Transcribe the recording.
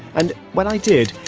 and when i did,